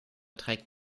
trägt